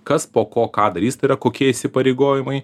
kas po ko ką darys tai yra kokie įsipareigojimai